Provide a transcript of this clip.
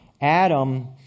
Adam